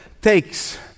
takes